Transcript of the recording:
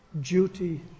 duty